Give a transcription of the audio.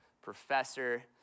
professor